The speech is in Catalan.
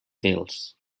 fils